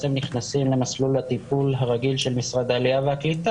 הם בעצם נכנסים למסלול הטיפול הרגיל של משרד העלייה והקליטה